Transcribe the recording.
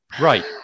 Right